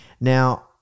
Now